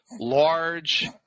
large